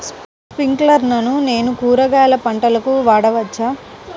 స్ప్రింక్లర్లను నేను కూరగాయల పంటలకు వాడవచ్చా?